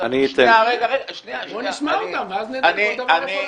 אתן --- בוא נשמע אותם ואז נדע כל דבר איפה לעשות.